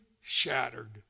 shattered